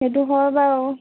সেইটো হয় বাৰু